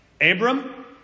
Abram